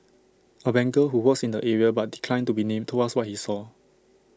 A banker who works in the area but declined to be named told us what he saw